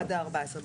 עד ה-14.11.